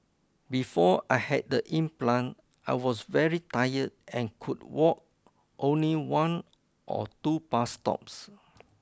before I had the implant I was very tired and could walk only one or two bus stops